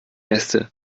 äste